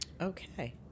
Okay